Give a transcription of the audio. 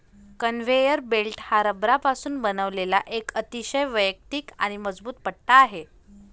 conveyor belt हा रबरापासून बनवलेला एक अतिशय वैयक्तिक आणि मजबूत पट्टा आहे